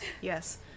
Yes